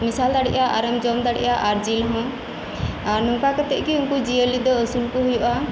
ᱢᱮᱥᱟᱞ ᱫᱟᱲᱤᱜ ᱟ ᱟᱨᱮᱢ ᱡᱚᱢᱫᱟᱲᱤᱜᱼᱟ ᱟᱨ ᱡᱤᱞᱦᱚᱸ ᱟᱨ ᱱᱚᱝᱠᱟ ᱠᱟᱛᱮᱜ ᱜᱤ ᱩᱱᱠᱩ ᱡᱤᱭᱟᱹᱞᱤ ᱫᱚ ᱟᱹᱥᱩᱞᱠᱩ ᱦᱩᱭᱩᱜᱼᱟ